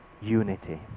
unity